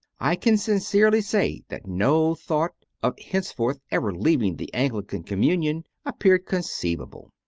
i can sincerely say that no thought of henceforth ever leaving the anglican communion appeared conceivable.